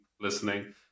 listening